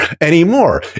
anymore